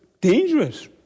dangerous